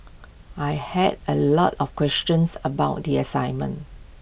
I had A lot of questions about the assignment